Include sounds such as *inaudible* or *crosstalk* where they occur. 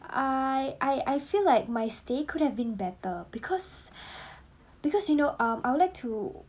I I I feel like my stay could have been better because *breath* because you know um I would like to